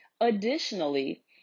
Additionally